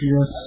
Yes